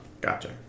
Gotcha